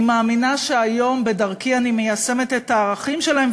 אני מאמינה שהיום בדרכי אני מיישמת את הערכים שלהם,